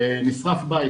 נשרף בית